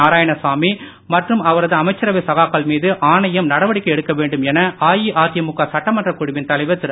நாராயணசாமி மற்றும் அவரது அமைச்சரவை சகாக்கள் மீது ஆணையம் நடவடிக்கை எடுக்கவேண்டும் என அஇஅதிமுக சட்டமன்றக் குழுவின் தலைவர் திரு